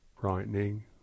brightening